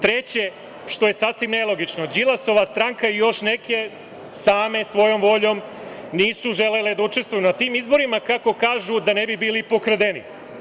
Treće, što je sasvim nelogično, Đilasova stranka i još neke same svojom voljom nisu želele da učestvuju na tim izborima, kako kažu, da ne bi bili pokradeni.